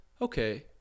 okay